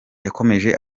yakomeje